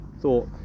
thought